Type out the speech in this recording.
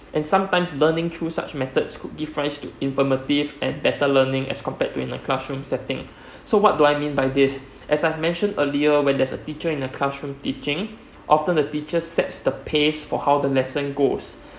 and sometimes learning through such methods could give rise to informative and better learning as compared to in the classroom setting so what do I mean by this as I mentioned earlier when there's a teacher in a classroom teaching often the teacher sets the pace of how the lesson goes